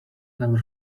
never